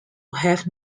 have